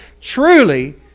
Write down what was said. truly